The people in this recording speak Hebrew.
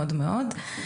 וסליחה,